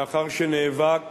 לאחר שנאבק